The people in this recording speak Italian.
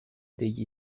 degli